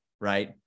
right